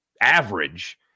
average